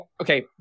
okay